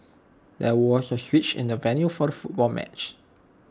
there was A switch in the venue for the football match